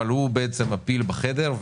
אבל הוא בעצם הפיל בחדר,